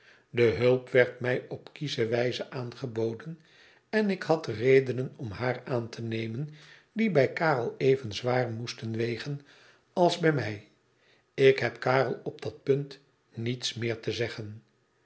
de hulp werd mij op kiesche wijze aangeboden en ik had redenen om haar aan te nemen die bij karel even zwaar moesten wegen als bij mij ik heb karel op dat punt niets meer te zeggen